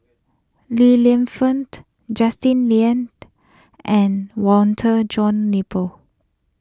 Li Lienfung Justin Lean and Walter John Napier